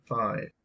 five